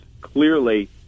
clearly